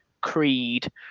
Creed